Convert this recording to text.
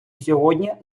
сьогодні